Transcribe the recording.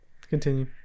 Continue